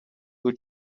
who